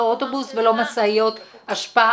לא אוטובוס ולא משאיות אשפה,